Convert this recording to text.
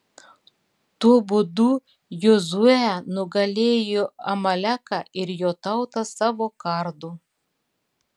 tuo būdu jozuė nugalėjo amaleką ir jo tautą savo kardu